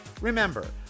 Remember